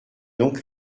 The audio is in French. donc